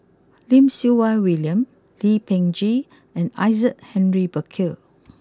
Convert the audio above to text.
Lim Siew Wai William Lee Peh Gee and Isaac Henry Burkill